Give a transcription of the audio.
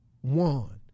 one